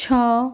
ଛଅ